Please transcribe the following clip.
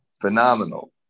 phenomenal